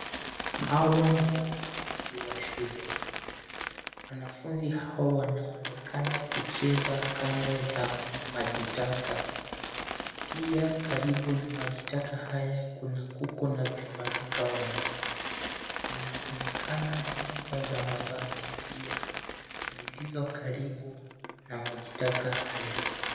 Hawa ni wanafunzi wa shule. Wanafunzi hao wanaonekana kucheza kando ya maji taka. Pia karibu na maji taka haya kuna kuku na vifaranga wake. Mnaonekana na nyumba za mabati pia, zilizo karibu na majitaka haya.